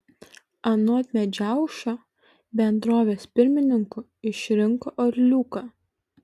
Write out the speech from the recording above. anot medžiaušio bendrovės pirmininku išrinko orliuką